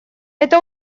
это